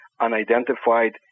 unidentified